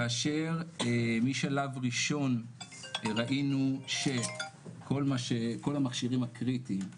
כאשר משלב ראשון ראינו שכל המכשירים הקריטיים,